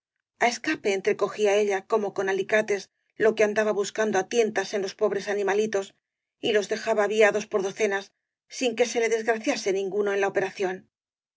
á escape entrecogía ella como con alicates lo que andaba buscando á tientas en los pobres animalitos y los dejaba aviados por docenas sin que se le desgra ciase ninguno en la operación